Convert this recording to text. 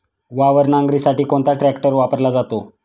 वावर नांगरणीसाठी कोणता ट्रॅक्टर वापरला जातो?